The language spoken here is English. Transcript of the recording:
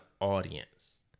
audience